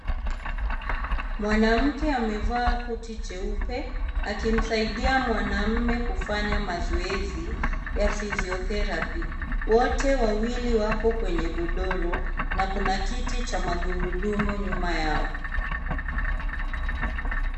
Mwanamke amevaa koti jeupe akimsaidia mwanaume kufanya mazoezi ya physiotherapy , wote wawili wako kwenye godoro na kuna kiti cha magudurumu nyuma yao.